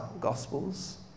gospels